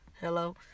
hello